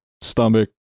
stomach